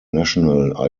national